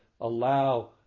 allow